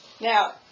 now